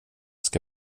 ska